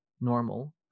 normal